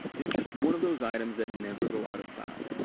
they're just one of those items that never go out of style.